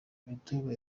imitoma